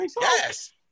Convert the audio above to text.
Yes